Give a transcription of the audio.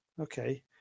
Okay